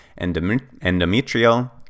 endometrial